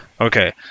Okay